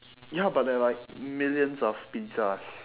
ya but there are like millions of pizzas